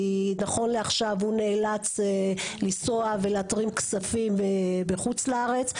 כי נכון לעכשיו הוא נאלץ לנסוע ולהתרים כספים בחוץ לארץ.